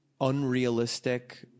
unrealistic